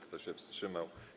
Kto się wstrzymał?